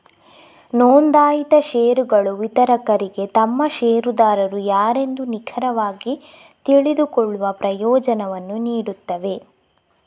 ನೋಂದಾಯಿತ ಷೇರುಗಳು ವಿತರಕರಿಗೆ ತಮ್ಮ ಷೇರುದಾರರು ಯಾರೆಂದು ನಿಖರವಾಗಿ ತಿಳಿದುಕೊಳ್ಳುವ ಪ್ರಯೋಜನವನ್ನು ನೀಡುತ್ತವೆ